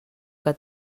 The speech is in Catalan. que